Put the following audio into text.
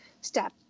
step